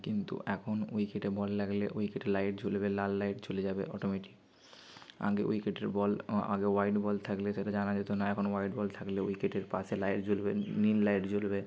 কিন্তু এখন উইকেটে বল লাগলে উইকেটে লাইট জ্বলবে লাল লাইট জ্বলে যাবে অটোমেটিক আগে উইকেটের বল আগে ওয়াইড বল থাকলে সেটা জানা যেতো না এখন ওয়াইড বল থাকলে উইকেটের পাশে লাইট জ্বলবে নীল লাইট জ্বলবে